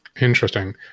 interesting